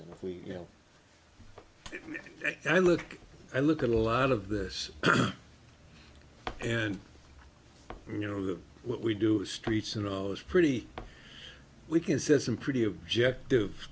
you know i look i look at a lot of this and you know what we do streets and i was pretty we can set some pretty objective